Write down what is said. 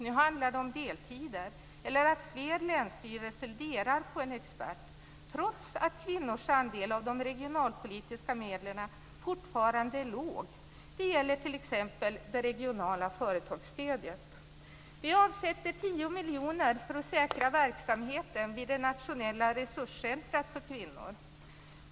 Nu handlar det om deltider eller att fler länsstyrelser delar på en expert, trots att kvinnors andel av de regionalpolitiska medlen fortfarande är liten. Det gäller t.ex. Vi avsätter 10 miljoner för att säkra verksamheten vid det nationella resurscentrumet för kvinnor.